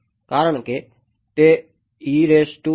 કારણકે તે છે